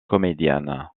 comédienne